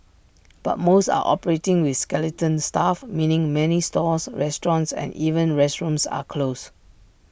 but most are operating with skeleton staff meaning many stores restaurants and even restrooms are closed